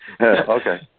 Okay